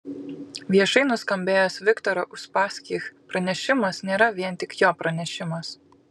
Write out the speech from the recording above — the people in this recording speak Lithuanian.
viešai nuskambėjęs viktoro uspaskich pranešimas nėra vien tik jo pranešimas